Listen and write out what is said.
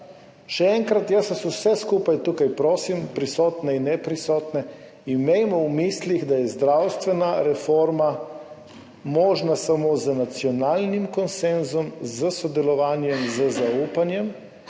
Še enkrat, jaz vas vse skupaj tukaj prosim, prisotne in neprisotne, imejmo v mislih, da je zdravstvena reforma možna samo z nacionalnim konsenzom, s sodelovanjem, z zaupanjem